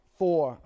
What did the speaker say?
four